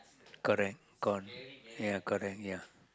correct gone ya correct ya